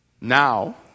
Now